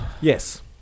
Yes